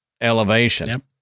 elevation